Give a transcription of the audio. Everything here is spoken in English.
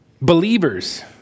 Believers